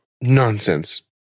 Nonsense